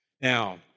Now